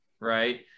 right